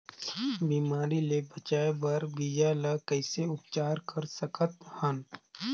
बिमारी ले बचाय बर बीजा ल कइसे उपचार कर सकत हन?